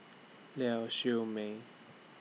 Lau Siew Mei